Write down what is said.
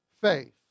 faith